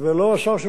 פואד בן-אליעזר,